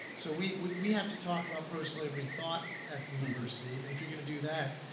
so we we have to talk about pro-slavery thought at the university and if you're gonna do that,